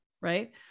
right